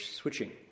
switching